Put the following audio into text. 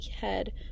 head